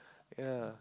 ya